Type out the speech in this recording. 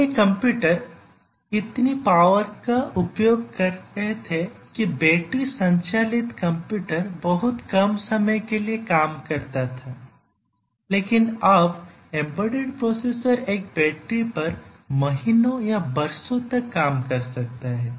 पहले कंप्यूटर इतनी पावर का उपयोग कर रहे थे कि बैटरी संचालित कंप्यूटर बहुत कम समय के लिए काम करता था लेकिन अब एम्बेडेड प्रोसेसर एक बैटरी पर महीनों या वर्षों तक काम कर सकता है